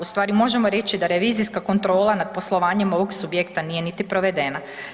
Ustvari možemo reći da revizijska kontrola nad poslovanjem ovog subjekta nije niti provedena.